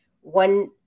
One